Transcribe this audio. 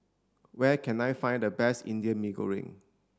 where can I find the best indian mee goreng